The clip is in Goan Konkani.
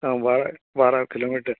आ बार बारा किलोमिटर